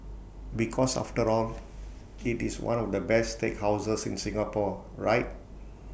because after all IT is one of the best steakhouses in Singapore right